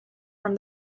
from